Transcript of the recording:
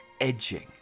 edging